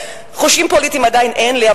חושים פוליטיים עדיין אין לי,